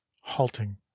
halting